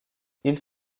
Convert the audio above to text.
ils